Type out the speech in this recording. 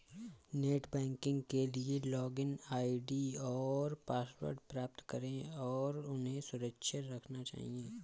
net banking के लिए login ID और पासवर्ड प्राप्त करें और उन्हें सुरक्षित रखना चहिये